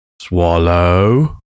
Swallow